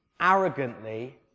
arrogantly